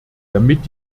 damit